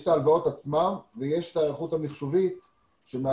יש את ההלוואות עצמן ויש את ההיערכות המחשובית שמאפשרת